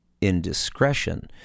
indiscretion